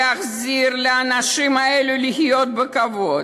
להחזיר את האנשים האלה לחיות בכבוד.